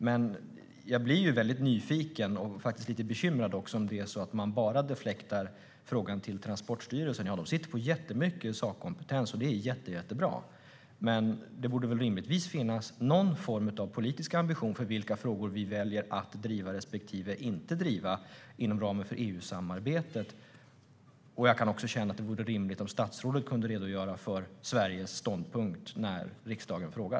Men jag blir väldigt nyfiken, och faktiskt också lite bekymrad, om statsrådet bara hänvisar till Transportstyrelsen beträffande denna fråga. Transportstyrelsen har mycket sakkompetens, vilket är mycket bra. Men det borde rimligtvis finnas någon form av politiska ambitioner för vilka frågor vi väljer att driva respektive inte driva inom ramen för EU-samarbetet. Jag kan också känna att det är rimligt att statsrådet kan redogöra för Sveriges ståndpunkt när riksdagen frågar.